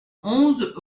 onze